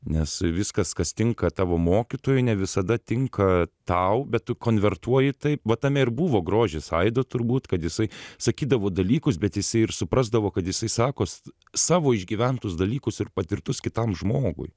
nes viskas kas tinka tavo mokytojui ne visada tinka tau bet tu konvertuoji taip vat tame ir buvo grožis aido turbūt kad jisai sakydavo dalykus bet jisai ir suprasdavo kad jisai sakos savo išgyventus dalykus ir patirtus kitam žmogui